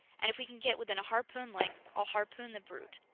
and if we can get within a harpoon length, i'll harpoon the brute.